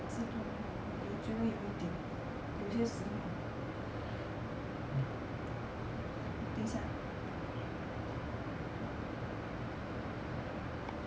自堕落 um 我觉得有一点有些时候你等一下